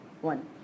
one